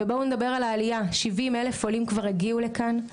בואו נדבר על העלייה 70 אלף עולים כבר הגיעו לכאן.